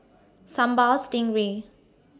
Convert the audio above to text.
Sambal Stingray